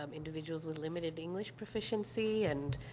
um individuals with limited english proficiency, and,